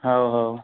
हो हो